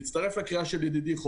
אני מצטרף לקריאה של ידידי,